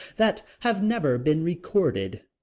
that have never been recorded.